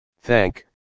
Thank